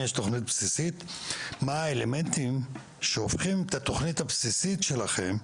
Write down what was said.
מה האלמנטים שהופכים את התוכנית הבסיסית שלכם,